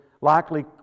likely